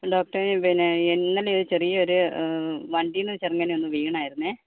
അപ്പം ഡോക്ടറേ പിന്നെ ഇന്നലെ ഒര് ചെറിയൊരു വണ്ടീന്ന് ചെറുങ്ങനെ ഒന്ന് വീണായിരുന്നെ